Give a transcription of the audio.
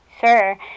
sure